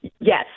Yes